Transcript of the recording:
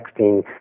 texting